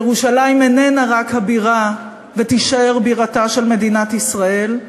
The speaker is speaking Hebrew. ירושלים איננה רק הבירה ותישאר בירתה של מדינת ישראל,